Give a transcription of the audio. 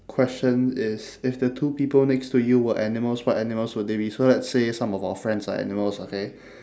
question is if the two people next to you were animals what animals would they be so let's say some of our friends are animals okay